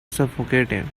suffocating